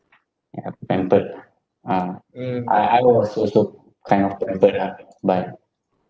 they are pampered ah I I was also kind of pampered ah but